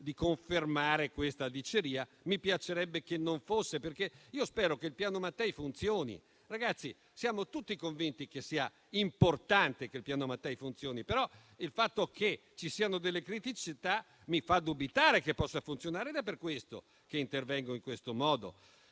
di confermare questa diceria e mi piacerebbe che non fosse così, perché spero che il Piano Mattei funzioni. Amici, siamo tutti convinti che sia importante che il Piano Mattei funzioni, ma il fatto che ci siano delle criticità mi fa dubitare che possa funzionare ed è per questo che intervengo in questo modo.